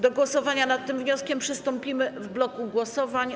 Do głosowania nad tym wnioskiem przystąpimy w bloku głosowań.